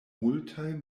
multaj